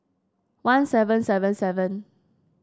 one seven seven seven